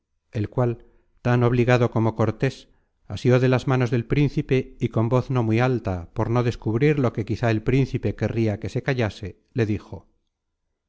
el cual tan obligado como cortés asió de las manos del principe y con voz no muy alta por no descubrir lo que quizá el príncipe querria que se callase le dijo